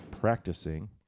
practicing